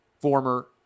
former